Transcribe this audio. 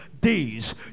days